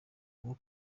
bwo